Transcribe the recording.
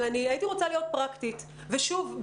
אבל אני רוצה להיות פרקטית ושוב,